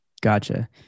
Gotcha